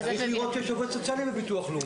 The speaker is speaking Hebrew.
צריך לראות שיש עובד סוציאלי בביטוח לאומי.